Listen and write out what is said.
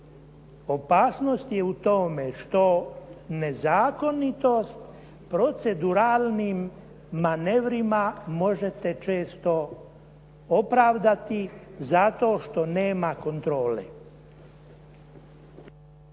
opasnost je u tome što nezakonitost proceduralnim manevrima možete često opravdati zato što nema kontrole.